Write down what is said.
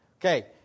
Okay